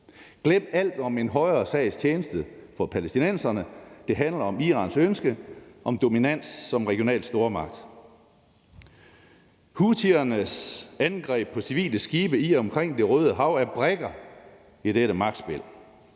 Glem alt om en højere sags tjeneste for palæstinenserne: Det handler om Irans ønske om dominans som regional stormagt. Houthiernes angreb på civile skibe i og omkring Det Røde Hav er brikker i dette magtspil.